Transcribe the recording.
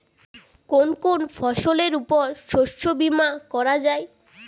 কোন কোন ফসলের উপর শস্য বীমা করা যায়?